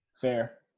Fair